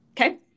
Okay